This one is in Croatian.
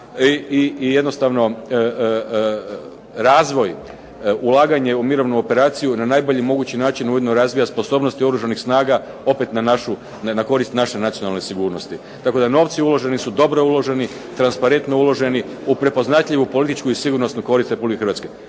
i jednostavno razvoj, ulaganje u mirovnu operaciju na najbolji mogući način ujedno razvija sposobnosti Oružanih snaga opet na korist naše nacionalne sigurnosti. Tako da novci uloženi su dobro uloženi, transparentno uloženi u prepoznatljivu političku i sigurnosnu korist Republike Hrvatske.